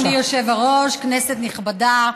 אדוני היושב-ראש, כנסת נכבדה,